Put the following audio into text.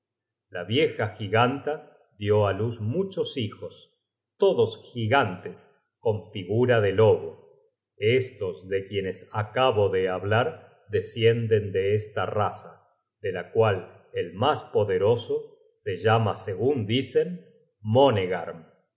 la vieja giganta dió á luz muchos hijos todos gigantes con figura de lobo estos de quienes acabo de hablar descienden de esta raza de la cual el mas poderoso se llama segun dicen monegarm se